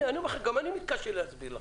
גם אני מתקשה להסביר לכם.